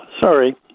Sorry